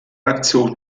aktion